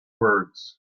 words